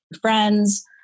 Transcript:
friends